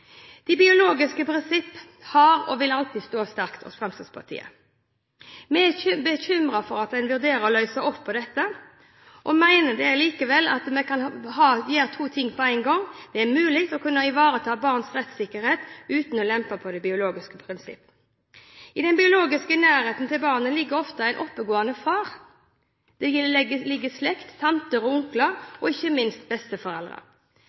Det biologiske prinsipp vil alltid stå sterkt hos Fremskrittspartiet. Vi er bekymret for at en vurderer å endre dette og mener at man kan gjøre to ting på en gang. Det er mulig å kunne ivareta barns rettsikkerhet uten å lempe på det biologiske prinsipp. I den biologiske nærheten til barnet finnes ofte en oppegående far, det finnes slekt, tanter og onkler og ikke minst besteforeldre.